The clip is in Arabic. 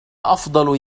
أفضل